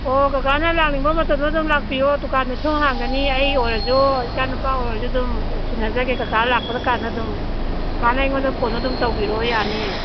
ꯑꯣ ꯀꯀꯥꯅ ꯂꯥꯛꯅꯤꯡꯕ ꯃꯇꯝꯗ ꯂꯥꯛꯄꯤꯑꯣ ꯗꯨꯀꯥꯟꯁꯨ ꯊꯣꯡ ꯍꯥꯡꯒꯅꯤꯌꯦ ꯑꯩ ꯑꯣꯏꯔꯁꯨ ꯏꯆꯥ ꯅꯨꯄꯥ ꯑꯣꯏꯔꯁꯨ ꯑꯗꯨꯝ ꯁꯤꯟꯅꯖꯒꯦ ꯀꯀꯥ ꯂꯥꯛꯄ ꯀꯥꯟꯗ ꯑꯗꯨꯝ ꯀꯀꯥꯅ ꯑꯩꯉꯣꯟꯗ ꯐꯣꯟꯗꯨ ꯑꯗꯨꯝ ꯇꯧꯕꯤꯔꯛꯑꯣ ꯌꯥꯅꯤꯌꯦ